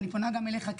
אני פונה גם אליך,